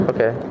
Okay